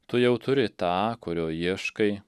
tu jau turi tą kurio ieškai